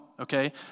Okay